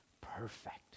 perfect